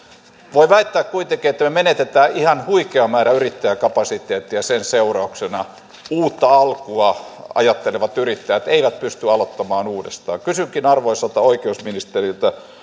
voi väittää kuitenkin että me menetämme ihan huikean määrän yrittäjäkapasiteettia sen seurauksena uutta alkua ajattelevat yrittäjät eivät pysty aloittamaan uudestaan kysynkin arvoisalta oikeusministeriltä